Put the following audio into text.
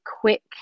quick